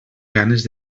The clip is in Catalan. ganes